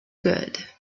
good